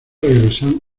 regresan